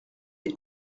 les